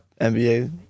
NBA